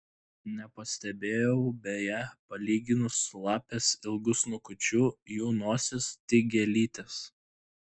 nepastebėjau beje palyginus su lapės ilgu snukučiu jų nosys tik gėlytės